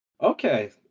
Okay